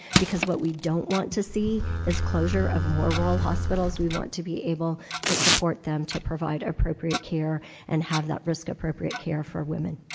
because what we don't want to see is closure of more rural hospitals. we want to be able to support them to provide appropriate care and have that risk-appropriate care for women.